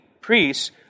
priests